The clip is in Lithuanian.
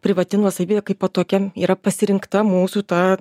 privati nuosavybė kaipo va tokia yra pasirinkta mūsų ta